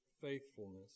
faithfulness